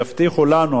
יבטיחו לנו,